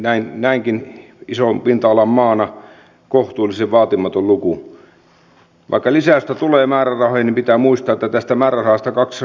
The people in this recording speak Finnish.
jopa lyhyellä edustajakokemuksella huomaa että monissa lakiesityksissä on jopa teknisiä virheitä ja ilmeisesti liikaa kiirettäkin meillä on lainvalmistelussa